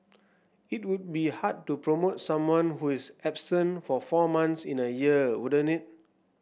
it would be hard to promote someone who is absent for four months in a year wouldn't it